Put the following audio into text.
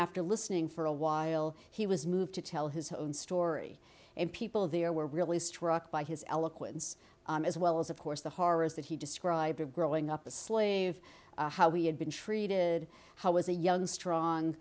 after listening for awhile he was moved to tell his own story and people there were really struck by his eloquence as well as of course the horrors that he described growing up the slave how he had been treated how as a young strong